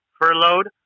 furloughed